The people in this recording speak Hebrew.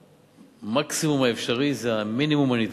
שהמקסימום האפשרי הוא המינימום הנדרש.